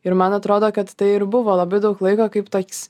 ir man atrodo kad tai ir buvo labai daug laiko kaip toks